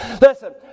Listen